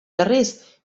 berriz